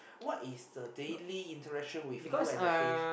what is the daily interaction of you and the fish